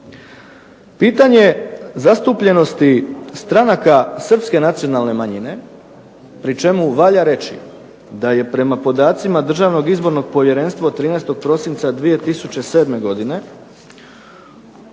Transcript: Pitanje zastupljenosti stranaka srpske nacionalne manjine pri čemu valja reći da je prema podacima Državnog izbornog povjerenstva od 13. prosinca 2007. godine